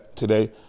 today